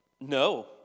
no